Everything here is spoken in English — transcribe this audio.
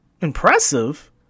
impressive